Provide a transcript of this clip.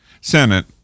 Senate